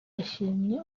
yashimye